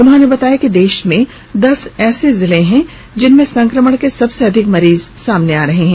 उन्होंने बताया कि देश में दस ऐसे जिले हैं जिनमें संक्रमण के सबसे अधिक मरीज सामने आ रहे हैं